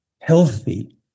healthy